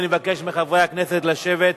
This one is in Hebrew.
אני מבקש מחברי הכנסת לשבת.